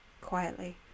quietly